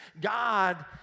God